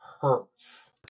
hurts